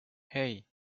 hey